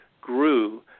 grew